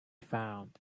found